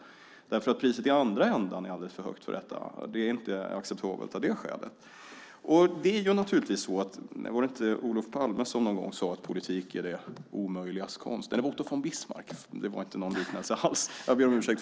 Priset för detta i andra ändan är alldeles för högt. Det är inte acceptabelt av det skälet. Otto von Bismarck sade en gång att politik är det möjligas konst.